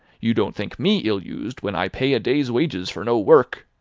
you don't think me ill-used, when i pay a day's wages for no work.